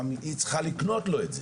היא צריכה לקנות לו את זה.